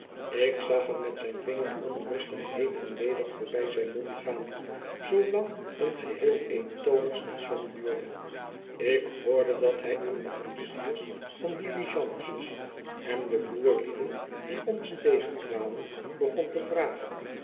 ik zag hem met zijn vinger onrustig heen en weder voorbij zijn mond gaan zoolang een geheel eentonig station duurde ik hoorde dat hij aan de koetsiers van diligences en de voerlieden die ons tegenkwamen begon te vragen